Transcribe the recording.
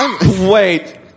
Wait